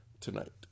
tonight